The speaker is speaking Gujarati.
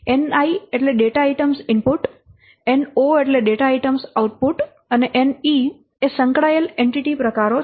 Ni data items input No data items output અને Ne એ સંકળાયેલ એન્ટિટી પ્રકારો છે